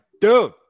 dude